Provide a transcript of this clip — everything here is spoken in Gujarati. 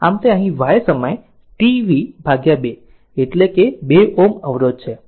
આમ અહીં તે છે y સમય t v 2 કે 2 એ 2 Ω અવરોધ છે